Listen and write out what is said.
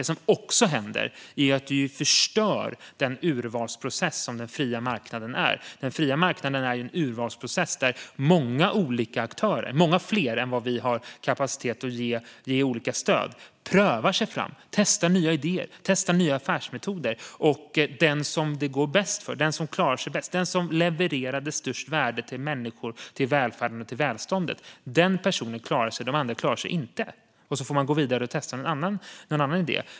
Det som också händer är att vi förstör den urvalsprocess som den fria marknaden är. Den fria marknaden är en urvalsprocess där många olika aktörer, många fler än vad vi har kapacitet att ge olika stöd, prövar sig fram, testar nya idéer och nya affärsmetoder, och den person som det går bäst för, den som klarar sig bäst och levererar det största värdet till människor, till välfärden och till välståndet, klarar sig. De andra klarar sig inte, och så får man gå vidare och testa någon annan idé.